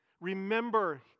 remember